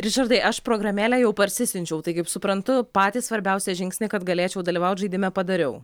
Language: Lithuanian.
ričardai aš programėlę jau parsisiunčiau tai kaip suprantu patį svarbiausią žingsnį kad galėčiau dalyvaut žaidime padariau